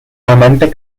amante